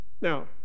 now